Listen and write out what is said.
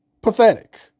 pathetic